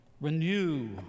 renew